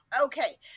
okay